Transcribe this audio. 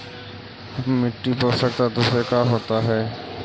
मिट्टी पोषक तत्त्व से का होता है?